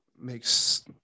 makes